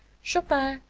chopin,